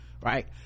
right